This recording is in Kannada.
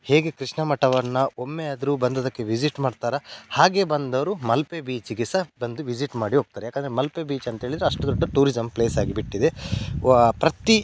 ಹೇಗೆ ಕೃಷ್ಣ ಮಠವನ್ನು ಒಮ್ಮೆಯಾದರು ಬಂದಿದ್ದಕ್ಕೆ ವಿಸಿಟ್ ಮಾಡ್ತಾರೋ ಹಾಗೇ ಬಂದವರು ಮಲ್ಪೆ ಬೀಚಿಗೆ ಸಹ ಬಂದು ವಿಸಿಟ್ ಮಾಡಿ ಹೋಗ್ತಾರೆ ಏಕಂದ್ರೆ ಮಲ್ಪೆ ಬೀಚ್ ಅಂತೇಳಿದರೆ ಅಷ್ಟು ದೊಡ್ಡ ಟೂರಿಸಮ್ ಪ್ಲೇಸಾಗಿ ಬಿಟ್ಟಿದೆ ವ ಪ್ರತಿ